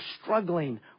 struggling